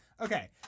Okay